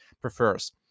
prefers